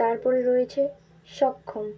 তারপরে রয়েছে সক্ষম